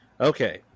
Okay